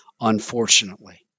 unfortunately